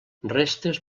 restes